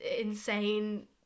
insane